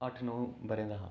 अट्ठ नौ ब'रें दा हा